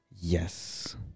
Yes